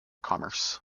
commerce